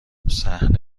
صحنه